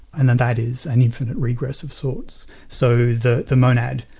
and that that is an infinite regress of sorts. so the the monad,